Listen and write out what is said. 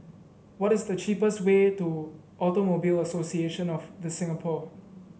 what is the cheapest way to Automobile Association of The Singapore